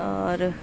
اور